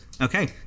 Okay